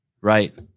Right